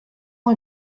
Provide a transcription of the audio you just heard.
ans